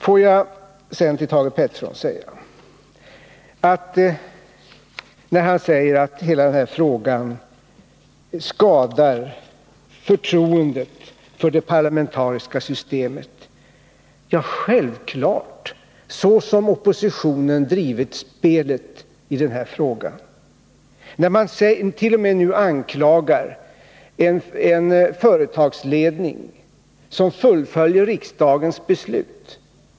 Thage Peterson säger att hela den här frågan skadar förtroendet för det parlamentariska systemet. Självklart! Så som oppositionen drivit spelet i den här frågan! Nu anklagar man t.o.m. en företagsledning som fullföljer riksdagens beslut!